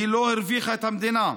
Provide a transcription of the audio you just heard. היא לא הרוויחה את המדינה.